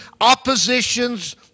oppositions